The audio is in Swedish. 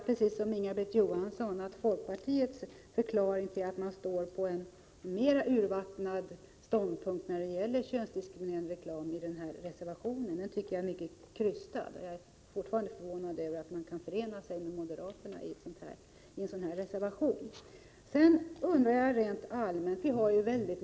Liksom Inga-Britt Johansson anser jag att folkpartiets förklaring till att man intar en mer urvattnad ståndpunkt i den berörda reservationen när det gäller könsdiskriminerande reklam är mycket krystad. Jag är fortfarande förvånad över att folkpartiet kan förena sig med moderaterna i en sådan här reservation. Vi har en omfattande lagstiftning i det här landet.